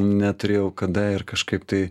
neturėjau kada ir kažkaip tai